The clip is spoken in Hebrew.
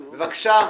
די,